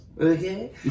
Okay